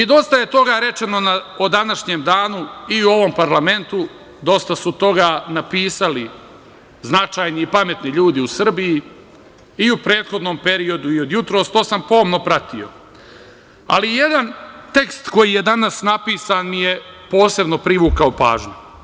Dosta je toga rečeno o današnjem danu i u ovom parlamentu, dosta su toga napisali značajni i pametni ljudi u Srbiji, i u prethodnom periodu i od jutros, to sam pomno pratio, ali jedan tekst koji je danas napisan mi je posebno privukao pažnju.